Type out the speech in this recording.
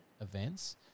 events